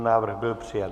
Návrh byl přijat.